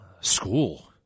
school